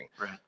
Right